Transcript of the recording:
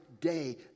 day